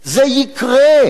זה יקרה,